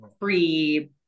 free